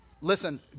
Listen